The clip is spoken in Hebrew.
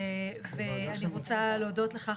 אני רוצה להודות לך,